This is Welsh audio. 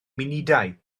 munudau